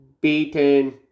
beaten